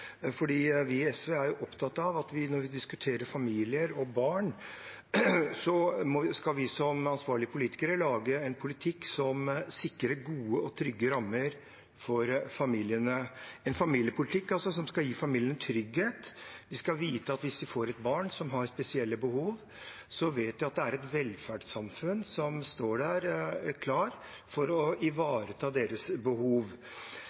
Vi i SV er opptatt av at når vi diskuterer familier og barn, skal vi som ansvarlige politikere lage en politikk som sikrer gode og trygge rammer for familiene – altså en familiepolitikk som skal gi familiene trygghet. De skal vite at hvis de får et barn som har spesielle behov, er det et velferdssamfunn som står klart til å ivareta deres behov.